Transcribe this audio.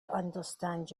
understand